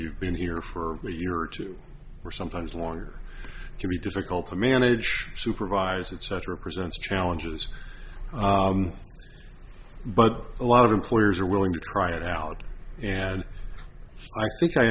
you've been here for a year or two or sometimes longer can be difficult to manage supervise etc presents challenges but a lot of employers are willing to try it out and i think i